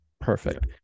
perfect